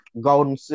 Golden